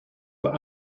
were